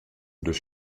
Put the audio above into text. durch